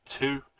two